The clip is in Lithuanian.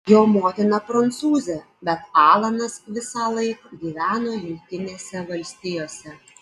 jo motina prancūzė bet alanas visąlaik gyveno jungtinėse valstijose